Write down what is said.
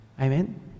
Amen